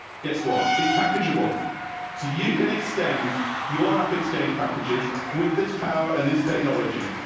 guess what? it's package a ble so you can extend your off exchange packages with this power and this technology.